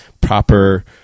proper